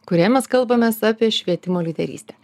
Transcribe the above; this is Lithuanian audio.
kurioj mes kalbamės apie švietimo lyderystę